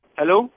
hello